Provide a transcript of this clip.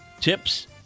tips